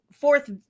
fourth